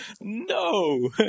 No